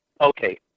okay